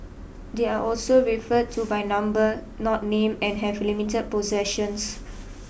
they are also referred to by number not name and have limited possessions